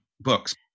books